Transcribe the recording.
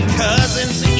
cousins